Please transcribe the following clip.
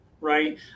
right